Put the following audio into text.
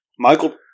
Michael